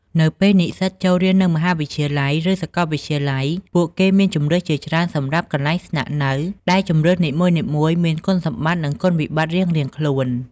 នៅពេលនិស្សិតចូលរៀននៅមហាវិទ្យាល័យ ឬសាកលវិទ្យាល័យ ពួកគេមានជម្រើសជាច្រើនសម្រាប់កន្លែងស្នាក់នៅ ដែលជម្រើសនីមួយៗមានគុណសម្បត្តិ និងគុណវិបត្តិរៀងៗខ្លួន។